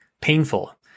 painful